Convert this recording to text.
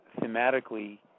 thematically